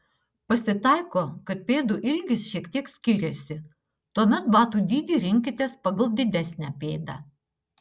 pasitaiko kad pėdų ilgis šiek tiek skiriasi tuomet batų dydį rinkitės pagal didesnę pėdą